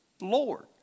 Lord